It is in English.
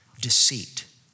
deceit